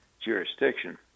jurisdiction